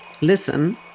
listen